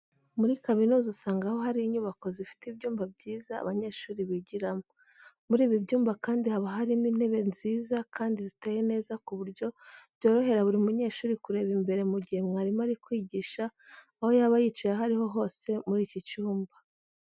Muri kaminuza usanga haba hari inyubako zifite ibyumba byiza abanyeshuri bigiramo. Muri ibi byumba kandi haba harimo intebe nziza kandi ziteye neza ku buryo byorohera buri munyeshuri kureba imbere mu gihe mwarimu ari kwigisha aho yaba yicaye aho ari hose muri iki cyumba.